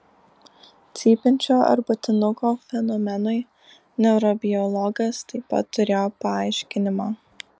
cypiančio arbatinuko fenomenui neurobiologas taip pat turėjo paaiškinimą